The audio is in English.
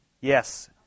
Yes